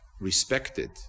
respected